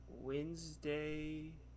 Wednesday